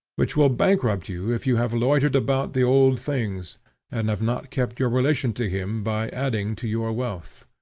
which will bankrupt you if you have loitered about the old things and have not kept your relation to him by adding to your wealth.